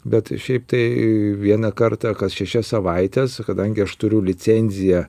bet šiaip tai vieną kartą kas šešias savaites kadangi aš turiu licenziją